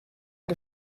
out